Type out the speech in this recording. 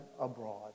abroad